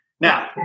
Now